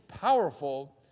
powerful